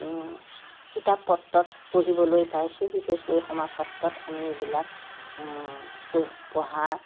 কিতাপ পত্ৰত পঢ়িবলৈ পাইছোঁ বিশেষকৈ সমাজ শাস্ত্ৰত আমি এইবিলাক পঢ়াৰ